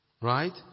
Right